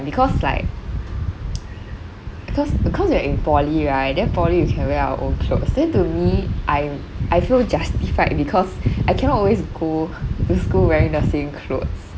because like because because we are in poly right then poly we can wear our own clothes then to me I'm I feel justified because I can't always go to school wearing the same clothes